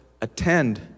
attend